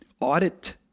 audit